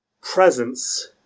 presence